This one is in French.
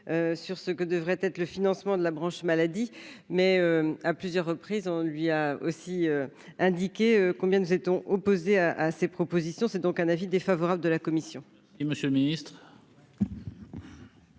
sur ce que devrait être le financement de la branche maladie, mais à plusieurs reprises, on lui a aussi indiqué combien de Eton opposé à ces propositions, c'est donc un avis défavorable de la commission.